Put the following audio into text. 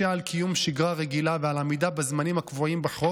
על קיום שגרה רגילה ועל עמידה בזמנים הקבועים בחוק,